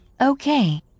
Okay